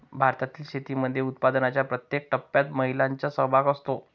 भारतातील शेतीमध्ये उत्पादनाच्या प्रत्येक टप्प्यात महिलांचा सहभाग असतो